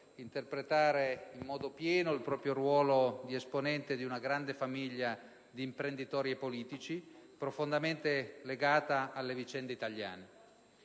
interpretare in modo pieno il proprio ruolo di esponente di una grande famiglia di imprenditori e politici, profondamente legata alle vicende italiane.